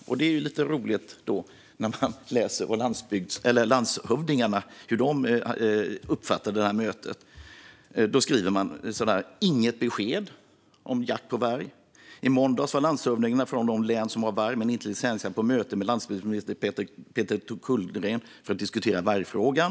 Då är det lite roligt att läsa hur landshövdingarna uppfattade detta möte: Inget besked om jakt på varg - i måndags var landshövdingarna från de län som har varg men inte licensjakt på möte med landsbygdsminister Peter Kullgren för att diskutera vargfrågan.